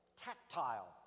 tactile